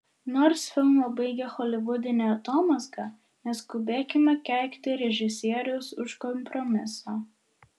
nors filmą baigia holivudinė atomazga neskubėkime keikti režisieriaus už kompromisą